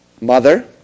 mother